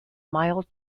mild